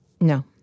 No